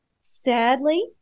Sadly